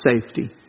safety